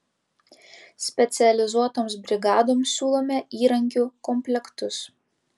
specializuotoms brigadoms siūlome įrankių komplektus